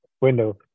Window